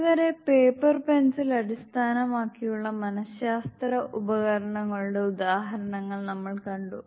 ഇതുവരെ paper pencil അടിസ്ഥാനമാക്കിയുള്ള മനശാസ്ത്ര ഉപകരണങ്ങളുടെ ഉദാഹരണങ്ങൾ നമ്മൾ കണ്ടു